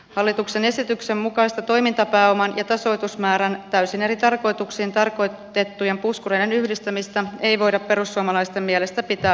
hallituksen esityksen mukaista toimintapääoman ja tasoitusmäärän täysin eri tarkoituksiin tarkoitettujen puskureiden yhdistämistä ei voida perussuomalaisten mielestä pitää hyväksyttävänä